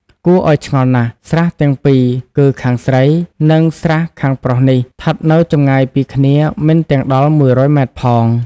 គួរឲ្យឆ្ងល់ណាស់ ស្រះទាំងពីរគឺខាងស្រី និង ស្រះខាងប្រុសនេះ ឋិតនៅចម្ងាយពីគ្នាមិនទាំងដល់ ១០០ ម. ផង